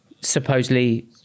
supposedly